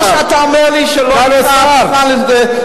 או שאתה אומר לי שלא היית מוכן, סגן השר.